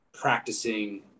practicing